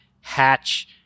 hatch